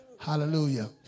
Hallelujah